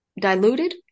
diluted